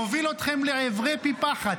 מוביל אתכם לעברי פי פחת.